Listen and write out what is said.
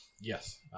Yes